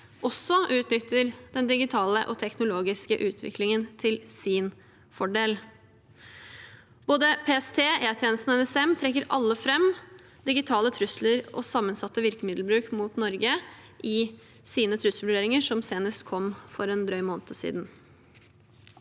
også utnytter den digitale og teknologiske utviklingen til sin fordel. Både PST, E-tjenesten og NSM trekker alle fram digitale trusler og sammensatt virkemiddelbruk mot Norge i sine trusselvurderinger, som senest kom for en drøy måned siden.